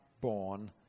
born